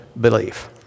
belief